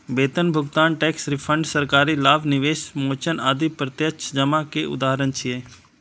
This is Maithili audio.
वेतन भुगतान, टैक्स रिफंड, सरकारी लाभ, निवेश मोचन आदि प्रत्यक्ष जमा के उदाहरण छियै